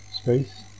space